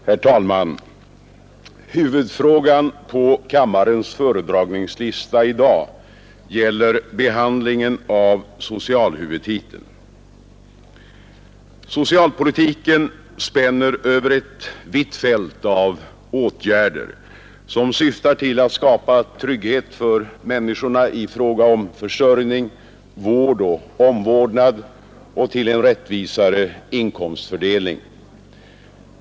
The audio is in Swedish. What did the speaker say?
Herr talman! Huvudfrågan på kammarens föredragningslista i dag gäller behandlingen av socialhuvudtiteln. Socialpolitiken spänner över ett vitt fält av åtgärder, som syftar till att skapa trygghet för människorna i fråga om försörjning, vård och omvårdnad och till en rättvisare inkomstfördelning.